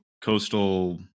coastal